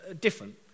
different